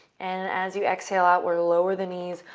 and as you exhale out, we'll lower the knees,